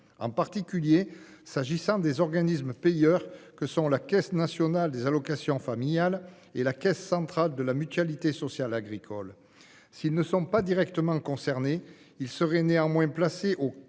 en particulier pour les organismes payeurs que sont la Caisse nationale des allocations familiales (Cnaf) et la Caisse centrale de la Mutualité sociale agricole (CCMSA). Si ces organismes ne sont pas directement concernés, ils seraient néanmoins placés au coeur